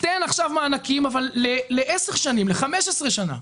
תן עכשיו מענקים אבל לעשר שנים, ל-15 שנים,